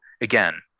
again